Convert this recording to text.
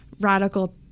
radical